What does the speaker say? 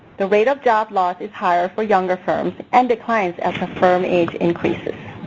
the rate of job loss is higher for younger firms and declines as the firm age increases.